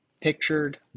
pictured